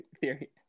theory